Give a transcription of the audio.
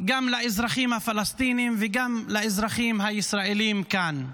גם לאזרחים הפלסטינים וגם לאזרחים הישראלים כאן.